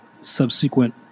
subsequent